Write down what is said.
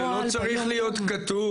ינון, זה לא צריך להיות כתוב.